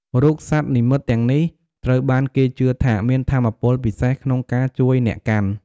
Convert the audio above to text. រូបសត្វនិមិត្តទាំងនេះ ត្រូវបានគេជឿថាមានថាមពលពិសេសក្នុងការជួយអ្នកកាន់។